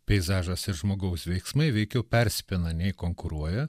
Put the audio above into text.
peizažas ir žmogaus veiksmai veikiau persipina nei konkuruoja